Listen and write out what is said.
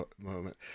moment